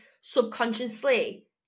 subconsciously